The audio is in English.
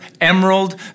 emerald